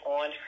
on